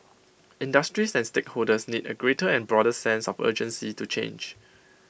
industries and stakeholders need A greater and broader sense of urgency to change